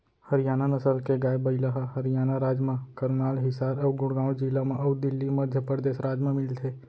हरियाना नसल के गाय, बइला ह हरियाना राज म करनाल, हिसार अउ गुड़गॉँव जिला म अउ दिल्ली, मध्य परदेस राज म मिलथे